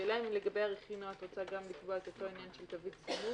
השאלה אם לגבי הרכינוע את רוצה גם לקבוע את אותו עניין של תווית סימון?